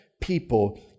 people